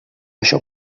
això